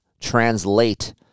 translate